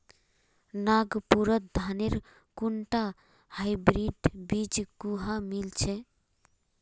नागपुरत धानेर कुनटा हाइब्रिड बीज कुहा मिल छ